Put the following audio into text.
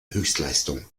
höchstleistung